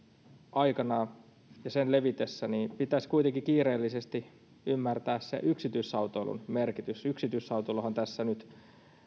aikana ja sen levitessä pitäisi kuitenkin kiireellisesti ymmärtää yksityisautoilun merkitys yksityisautoiluhan on tässä nyt